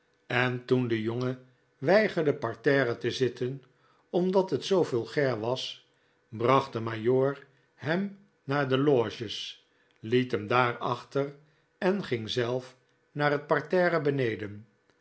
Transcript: en toen de jongen weigerde parterre te zitten omdat het zoo vulgair was bracht de majoor hem naar de loges liet hem daar achter en ging zelf naar het parterre beneden